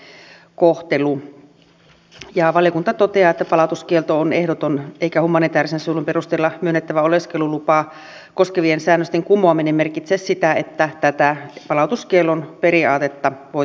valiokunta toteaa että palautuskielto on ehdoton eikä humanitäärisen suojelun perusteella myönnettävää oleskelulupaa koskevien säännösten kumoaminen merkitse sitä että tätä palautuskiellon periaatetta voitaisiin rikkoa